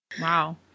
Wow